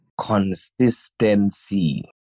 Consistency